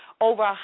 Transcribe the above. over